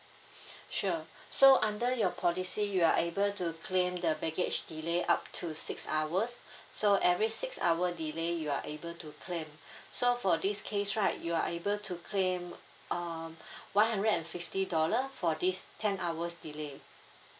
sure so under your policyou are able to claim the baggage delay up to six hours so every six hour delay you are able to claim so for this case right you are able to claim uh one hundred and fifty dollar for this ten hours delay